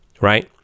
Right